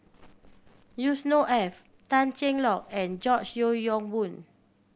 Yusnor Ef Tan Cheng Lock and George Yeo Yong Boon